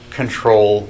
control